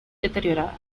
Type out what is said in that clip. deteriorada